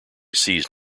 seized